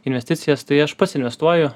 investicijas tai aš pats investuoju